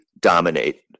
dominate